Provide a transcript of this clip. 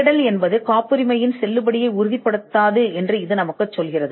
தேடல் காப்புரிமையின் செல்லுபடியை உறுதிப்படுத்தாது என்று இது நமக்கு சொல்கிறது